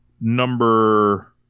number